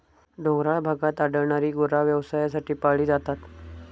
डोंगराळ भागात आढळणारी गुरा व्यवसायासाठी पाळली जातात